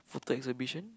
the exhibition